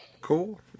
Cool